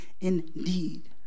indeed